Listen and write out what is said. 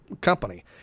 company